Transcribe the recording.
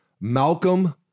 malcolm